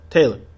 Taylor